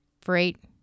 freight